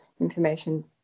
information